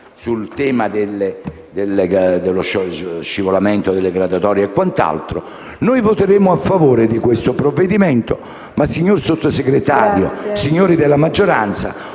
sul tema dello scivolamento delle graduatorie e quant'altro, voteremo a favore di questo provvedimento. Ma, signor Sottosegretario, signori della maggioranza,